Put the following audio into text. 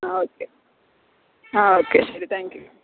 ആ ഓക്കെ ആ ഓക്കെ ശരി താങ്ക് യു